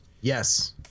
Yes